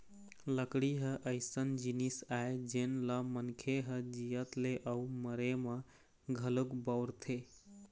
लकड़ी ह अइसन जिनिस आय जेन ल मनखे ह जियत ले अउ मरे म घलोक बउरथे